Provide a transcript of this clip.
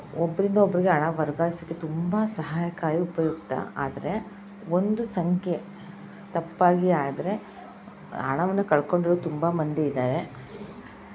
ಇದು ಒಬ್ಬರಿಂದ ಒಬ್ರಿಗೆ ಹಣ ವರ್ಗಾಯಿಸೋಕೆ ತುಂಬ ಸಹಾಯಕಾರಿ ಉಪಯುಕ್ತ ಆದರೆ ಒಂದು ಸಂಖ್ಯೆ ತಪ್ಪಾಗಿ ಆದರೆ ಹಣವನ್ನ ಕಳ್ಕೊಂಡಿರೋ ತುಂಬ ಮಂದಿ ಇದ್ದಾರೆ